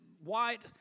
white